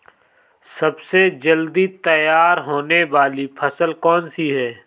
सबसे जल्दी तैयार होने वाली फसल कौन सी है?